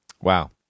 Wow